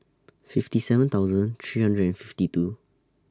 fifty seven thousand three hundred and fifty two